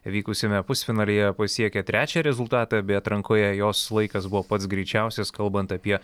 vykusiame pusfinalyje pasiekė trečią rezultatą bei atrankoje jos laikas buvo pats greičiausias kalbant apie